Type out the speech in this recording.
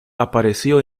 apareció